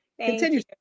Continue